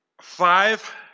five